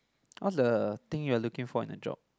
what's the thing you are looking for in a job